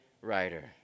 writer